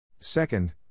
Second